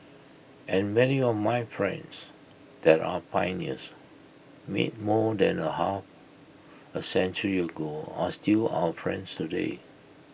and many of my friends that our pioneers made more than A half A century ago are still our friends today